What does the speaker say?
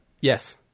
Yes